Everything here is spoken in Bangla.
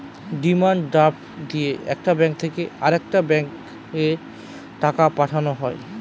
ডিমান্ড ড্রাফট দিয়ে একটা ব্যাঙ্ক থেকে আরেকটা ব্যাঙ্কে টাকা পাঠানো হয়